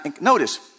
notice